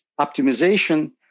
optimization